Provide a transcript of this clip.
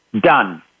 done